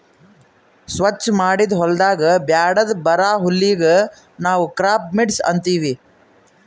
ಸ್ವಚ್ ಮಾಡಿದ್ ಹೊಲದಾಗ್ ಬ್ಯಾಡದ್ ಬರಾ ಹುಲ್ಲಿಗ್ ನಾವ್ ಕ್ರಾಪ್ ವೀಡ್ಸ್ ಅಂತೀವಿ